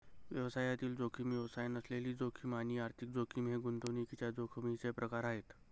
व्यवसायातील जोखीम, व्यवसाय नसलेली जोखीम आणि आर्थिक जोखीम हे गुंतवणुकीच्या जोखमीचे प्रकार आहेत